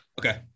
Okay